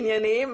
ענייניים,